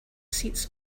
seats